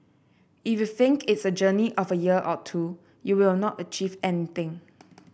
if you think it's a journey of a year or two you will not achieve anything